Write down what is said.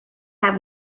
have